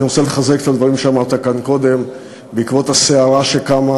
אני רוצה לחזק את הדברים שאמרת כאן קודם בעקבות הסערה שקמה